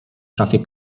szafie